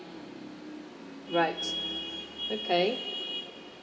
right okay